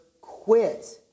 quit